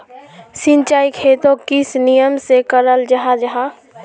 सिंचाई खेतोक किस नियम से कराल जाहा जाहा?